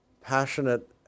passionate